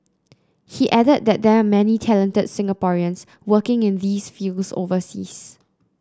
he added that there are many talented Singaporeans working in these fields overseas